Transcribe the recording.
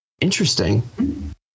Interesting